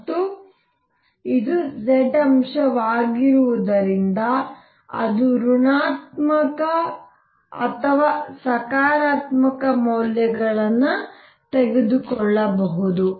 ಮತ್ತು ಇದು z ಅಂಶವಾಗಿರುವುದರಿಂದ ಅದು ಋಣಾತ್ಮಕ ಅಥವಾ ಸಕಾರಾತ್ಮಕ ಮೌಲ್ಯಗಳನ್ನು ತೆಗೆದುಕೊಳ್ಳಬಹುದು